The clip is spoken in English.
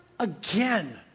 again